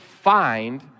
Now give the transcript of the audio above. find